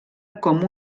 com